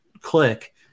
click